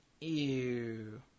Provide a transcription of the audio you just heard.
Ew